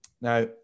Now